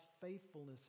faithfulness